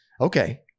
Okay